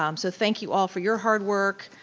um so thank you all for your hard work,